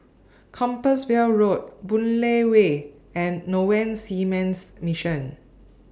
Compassvale Road Boon Lay Way and Norwegian Seamen's Mission